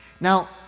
Now